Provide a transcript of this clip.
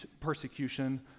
persecution